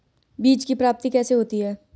बीज की प्राप्ति कैसे होती है?